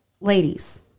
ladies